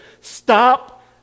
Stop